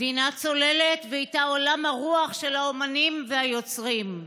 המדינה צוללת ואיתה עולם הרוח של האומנים והיוצרים.